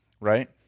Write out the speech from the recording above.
right